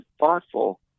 thoughtful